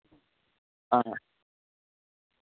हां